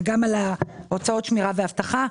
גם על הוצאות שמירה ואבטחה.